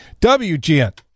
wgn